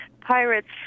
pirates